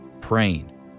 praying